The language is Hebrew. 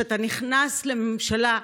שאתה נכנס לממשלה,